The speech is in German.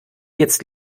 jetzt